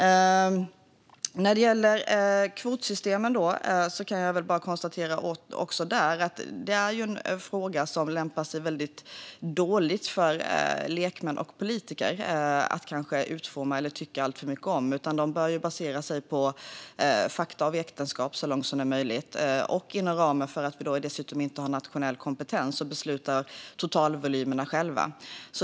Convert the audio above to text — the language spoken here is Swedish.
Också i fråga om kvotsystemen kan jag konstatera att de lämpar sig dåligt för lekmän och politiker att utforma eller tycka alltför mycket om. De bör så långt det är möjligt baseras på fakta och vetenskap, och inom ramen för internationell kompetens beslutar vi totalvolymerna själva.